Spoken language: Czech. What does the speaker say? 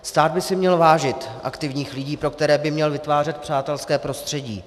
Stát by si měl vážit aktivních lidí, pro které by měl vytvářet přátelské prostředí.